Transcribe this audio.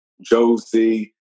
Josie